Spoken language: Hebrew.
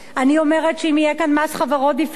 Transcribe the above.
אני אומרת שאם יהיה כאן מס חברות דיפרנציאלי,